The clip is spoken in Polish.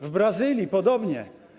W Brazylii podobnie.